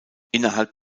innerhalb